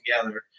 together